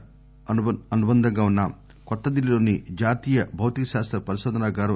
కు అనుబంధంగా ఉన్న న్యూఢిల్లీలోని జాతీయ భౌతిక శాస్త పరిశోధనాగారం ఎస్